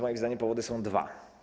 Moim zdaniem powody są dwa.